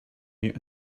mute